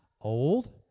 Old